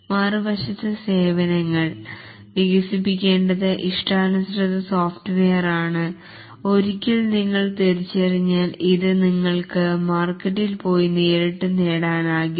മറുവശത്ത് സേവനങ്ങൾ വികസിപ്പിക്കേണ്ടത് ഇഷ്ടാനുസൃത സോഫ്റ്റ്വെയറാണ് ഒരിക്കൽ നിങ്ങൾ തിരിച്ചറിഞ്ഞാൽ ഇത് നിങ്ങൾക്ക് മാർക്കറ്റിൽ പോയി നേരിട്ട് നേടാനാകില്ല